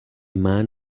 man